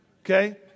Okay